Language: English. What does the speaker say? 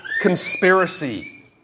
conspiracy